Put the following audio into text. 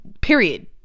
period